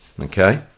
Okay